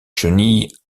chenilles